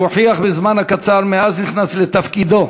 שהוכיח בזמן הקצר מאז שנכנס לתפקידו